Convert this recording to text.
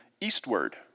eastward